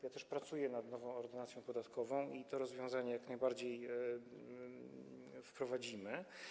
Ja też pracuję nad nową Ordynacją podatkową, to rozwiązanie jak najbardziej wprowadzimy.